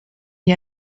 die